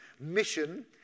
mission